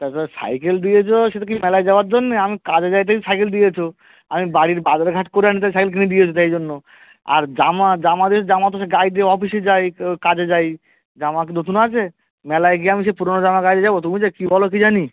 তা সে সাইকেল দিয়েছ সেটা কি মেলায় যাওয়ার জন্যে আমি কাজে যাই দেখে সাইকেল দিয়েছ আমি বাড়ির বাজারহাট করে আনি তাই সাইকেল কিনে দিয়েছো সেই জন্য আর জামা জামা দিয়েছো জামাও তো সে গায়ে দিয়ে অফিসে যাই কাজে যাই জামা কি নতুন আছে মেলায় গিয়ে আমি সেই পুরোনো জামা গায়ে দিয়ে যাবো তুমি যে কি বলো কি জানি